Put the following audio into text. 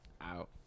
out